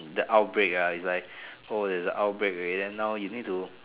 the outbreak uh is like oh there's an outbreak already then now you need to